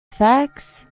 facts